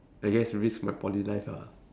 I guess risk my poly life ah